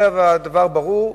הדבר ברור,